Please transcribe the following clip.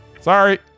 Sorry